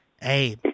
Hey